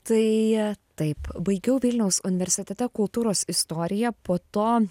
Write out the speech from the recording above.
tai taip baigiau vilniaus universitete kultūros istoriją po to